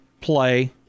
play